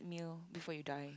meal before you die